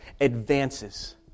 advances